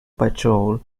patrol